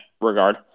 regard